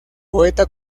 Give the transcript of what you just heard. poeta